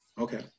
Okay